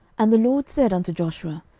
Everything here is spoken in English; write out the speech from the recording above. and the lord said unto joshua,